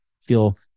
feel